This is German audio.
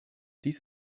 dies